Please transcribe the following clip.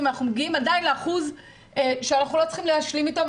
אנחנו מגיעים עדיין לאחוז שאנחנו לא צריכים להשלים איתו,